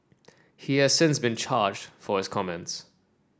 he has since been charged for his comments